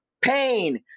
pain